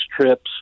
trips